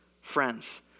friends